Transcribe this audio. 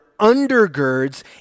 undergirds